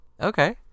okay